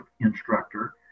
instructor